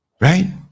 Right